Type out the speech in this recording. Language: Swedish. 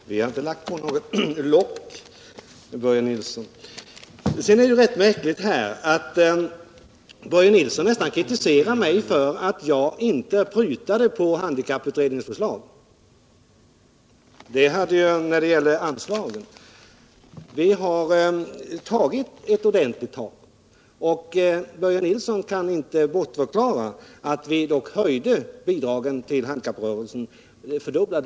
Herr talman! Vi har inte lagt på något lock, Börje Nilsson. Det är märkligt att Börje Nilsson nästan kritiserar mig för att jag inte prutade på handikapputredningens förslag i fråga om anslagen. Börje Nilsson kan inte bortförklara att vi fördubblade anslagen till handikapprörelsen förra året.